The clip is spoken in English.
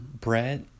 Brett